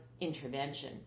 intervention